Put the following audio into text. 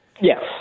yes